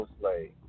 slave